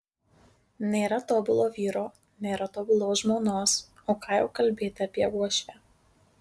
nėra tobulo vyro nėra tobulos žmonos o ką jau kalbėti apie uošvę